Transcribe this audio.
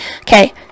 Okay